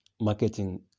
marketing